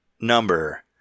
number